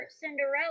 Cinderella